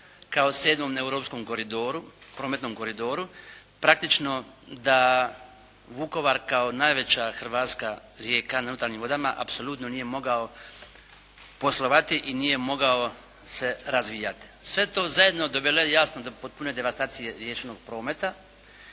kao sedmom europskom prometnom koridoru. Praktično da Vukovar kao najveća hrvatska rijeka na unutarnjim vodama apsolutno nije mogao poslovati i nije mogao se razvijati. Sve to zajedno dovelo je jasno do potpune devastacije riječnog prometa